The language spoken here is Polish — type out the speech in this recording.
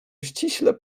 ściśle